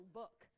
book